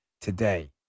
today